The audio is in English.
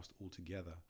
altogether